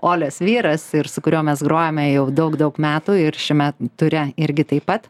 olios vyras ir su kuriuo mes grojame jau daug daug metų ir šiame ture irgi taip pat